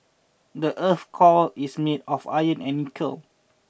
the earth's core is made of iron and nickel